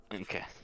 Okay